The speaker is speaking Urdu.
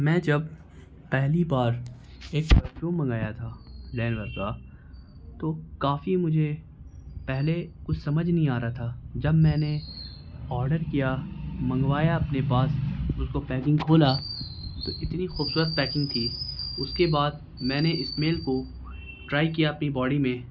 میں جب پہلی بار ایک پرفیوم منگایا تھا لینور کاہ تو کافی مجھے پہلے کچھ سمجھ نہیں آ رہا تھا جب میں نے آڈر کیا منگوایا اپنے پاس اس کو پیکنگ کھولا تو اتنی خوبصورت پیکنگ تھی اس کے بعد میں نے اسمیل کو ٹرائی کیا اپنی باڈی میں